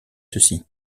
ceci